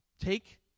Take